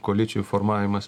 koalicijų formavimas